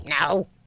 No